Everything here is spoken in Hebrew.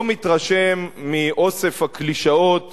לא מתרשם מאוסף הקלישאות